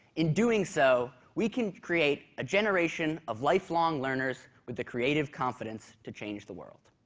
in doing so, we can create a generation of lifelong learners with the creative confidence to change the world.